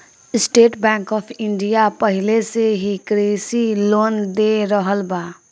estate Bank of India पाहिले से ही कृषि लोन दे रहल बा